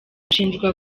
ashinjwa